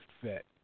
fit